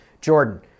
Jordan